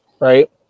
right